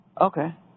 Okay